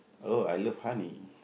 oh I love honey